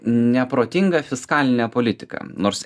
neprotingą fiskalinę politiką nors